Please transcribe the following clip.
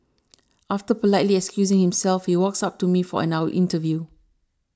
after politely excusing himself he walks up to me for an now interview